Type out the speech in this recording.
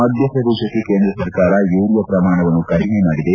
ಮಧ್ಯಪ್ರದೇಶಕ್ಷೆ ಕೇಂದ್ರ ಸರ್ಕಾರ ಯೂರಿಯಾ ಪ್ರಮಾಣವನ್ನು ಕಡಿಮೆ ಮಾಡಿದೆ